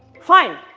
fine.